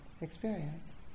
experience